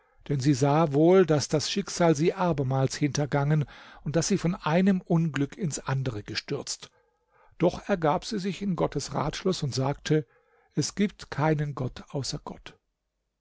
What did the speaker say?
denn sie sah wohl das das schicksal sie abermals hintergangen und daß sie von einem unglück ins andere gestürzt doch ergab sie sich in gottes ratschluß und sagte es gibt keinen gott außer gott